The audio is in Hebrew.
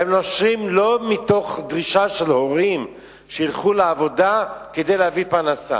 נושרים לא מתוך דרישה של הורים שילכו לעבוד כדי להביא פרנסה.